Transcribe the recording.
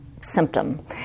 symptom